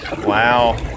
Wow